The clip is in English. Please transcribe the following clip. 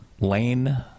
Lane